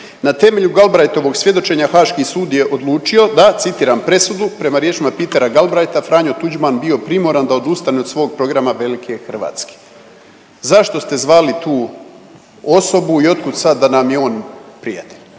Na temelju Galbraithovog svjedočenja Haški sud je odlučio da citiram, presudu prema riječima Petera Galbraitha Franjo Tuđman bio primoran da odustane od svog programa velike Hrvatske. Zašto ste zvali tu osobu i otkud sad da nam je on prijatelj?